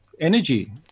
energy